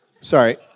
Sorry